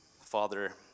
father